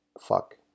fuck